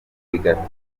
bigatuma